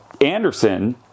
Anderson